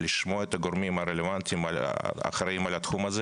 לשמוע את הגורמים הרלוונטיים האחראיים על התחום הזה,